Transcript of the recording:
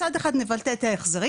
מצד אחד נבטל את ההחזרים.